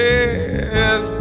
Yes